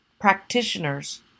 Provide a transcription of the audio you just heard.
practitioners